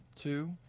two